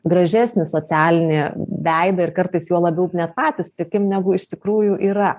gražesnį socialinį veidą ir kartais juo labiau net patys tikim negu iš tikrųjų yra